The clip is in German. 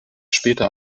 später